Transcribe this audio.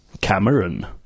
Cameron